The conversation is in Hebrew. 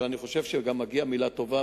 אבל אני חושב שמגיעה גם מלה טובה,